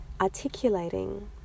articulating